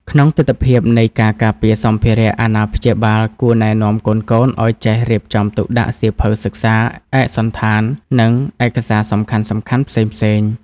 ក្នុងទិដ្ឋភាពនៃការការពារសម្ភារៈ អាណាព្យាបាលគួរណែនាំកូនៗឱ្យចេះរៀបចំទុកដាក់សៀវភៅសិក្សា ឯកសណ្ឋាន និងឯកសារសំខាន់ៗផ្សេងៗ។